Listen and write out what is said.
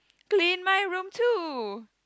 clean my room too